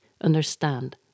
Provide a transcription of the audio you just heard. understand